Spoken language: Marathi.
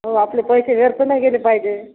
आपले पैसे व्यर्थ नाही गेले पाहिजे